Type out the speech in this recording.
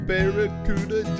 Barracuda